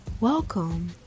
welcome